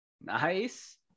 Nice